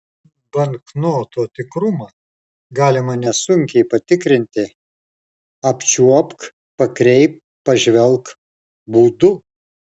banknoto tikrumą galima nesunkiai patikrinti apčiuopk pakreipk pažvelk būdu